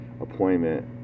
appointment